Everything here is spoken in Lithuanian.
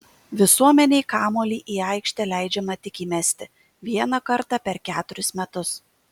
visuomenei kamuolį į aikštę leidžiama tik įmesti vieną kartą per keturis metus